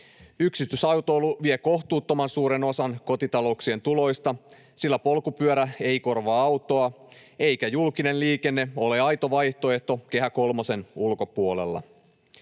Yksityisautoilu vie kohtuuttoman suuren osan kotitalouksien tuloista, sillä polkupyörä ei korvaa autoa eikä julkinen liikenne ole aito vaihtoehto Kehä kolmosen ulkopuolella.